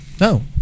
No